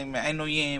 עינויים,